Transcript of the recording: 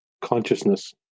consciousness